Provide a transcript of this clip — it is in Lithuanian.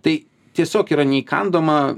tai tiesiog yra neįkandama